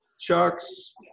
chucks